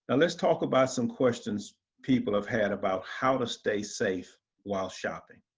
and let's talk about some questions people have had about how to stay safe while shopping.